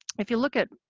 if you look at